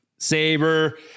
Saber